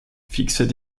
fixait